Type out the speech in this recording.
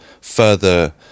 further